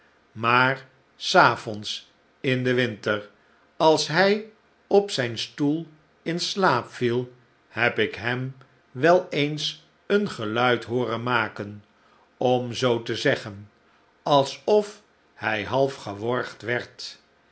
maar s avonds in den winter als hi op zijn stoel in slaap viel heb ikhem wel eens een geluid hooren maken om zoo te zeggen alsof hij half geworgd werd